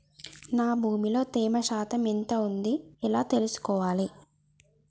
నా భూమి లో తేమ శాతం ఎంత ఉంది ఎలా తెలుసుకోవాలే?